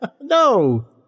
No